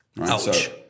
Ouch